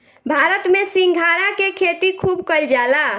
भारत में सिंघाड़ा के खेती खूब कईल जाला